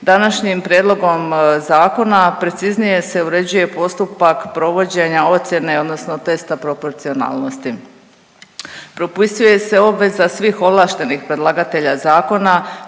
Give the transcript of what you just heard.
Današnjim prijedlogom zakona preciznije se uređuje postupak provođenja ocjene odnosno testa proporcionalnosti, propisuje se obveza svih ovlaštenih predlagatelja zakona